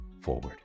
forward